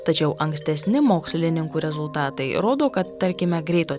tačiau ankstesni mokslininkų rezultatai rodo kad tarkime greito